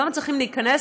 הם לא מצליחים להיכנס